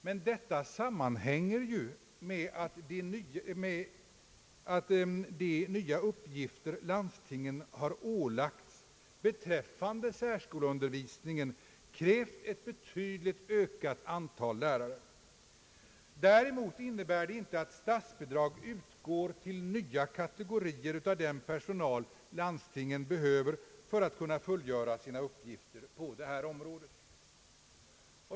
Men detta sammanhänger ju med att de nya uppgifter landstingen har ålagts beträffande <särskoleundervisningen krävt ett betydligt ökat antal lärare. Däremot innebär det inte att statsbidrag utgår till nya kategorier av den personal som landstingen behöver för att kunna fullgöra sina uppgifter på detta område.